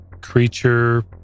creature